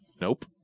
Nope